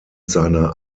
seiner